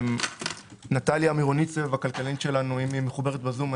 נטליה מירנצוב הכלכלנית שלנו מחוברת בזום,